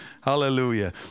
Hallelujah